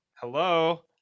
Hello